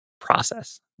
process